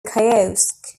kiosk